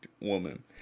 woman